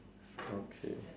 okay